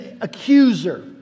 accuser